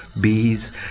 bees